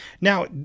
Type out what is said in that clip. Now